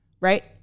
right